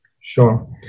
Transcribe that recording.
Sure